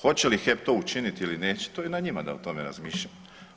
Hoće li HEP to učiniti ili neće to je na njima da o tome razmišljaju.